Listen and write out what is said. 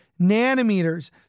nanometers